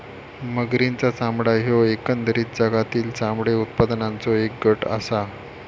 मगरींचा चामडा ह्यो एकंदरीत जगातील चामडे उत्पादनाचों एक गट आसा